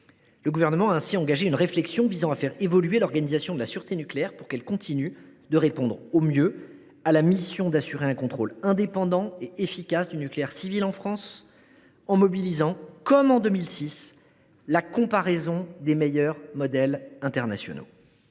Le Gouvernement a aussi engagé une réflexion visant à faire évoluer l’organisation de la sûreté nucléaire pour qu’elle continue de répondre au mieux à la mission d’assurer un contrôle indépendant et efficace du nucléaire civil en France, en s’inspirant, comme en 2006, des meilleurs modèles internationaux.